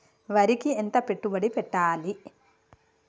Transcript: వరికి ఎంత పెట్టుబడి పెట్టాలి?